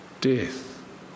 death